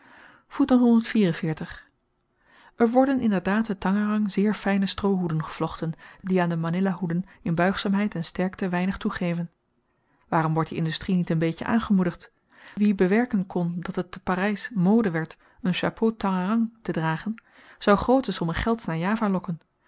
er worden inderdaad te tangerang zeer fyne stroohoeden gevlochten die aan de manilla hoeden in buigzaamheid en sterkte weinig toegeven waarom wordt die industrie niet n beetjen aangemoedigd wie bewerken kon dat het te parys mode werd un chapeau tangerang te dragen zou groote sommen gelds naar java